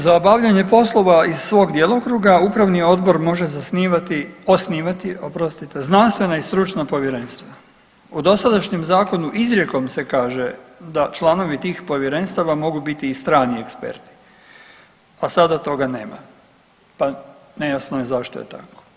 Za obavljanje poslova iz svog djelokruga upravni odbor može osnivati znanstvena i stručna povjerenstva.“ U dosadašnjem zakonu izrijekom se kaže da članovi tih povjerenstava mogu biti i strani eksperti, a sada toga nema, pa nejasno je zašto je tako.